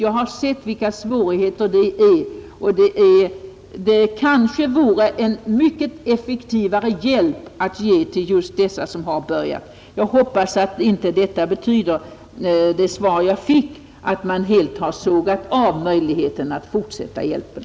Jag har sett vilka svårigheter det medför. Det vore nog en mycket effektivare hjälp att ge stödet till dem där de är. Jag hoppas att svaret inte betyder att man helt har sågat av möjligheterna att fortsätta hjälpen.